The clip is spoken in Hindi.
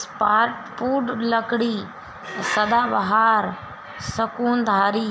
सॉफ्टवुड लकड़ी सदाबहार, शंकुधारी